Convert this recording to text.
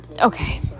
Okay